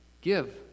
give